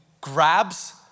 grabs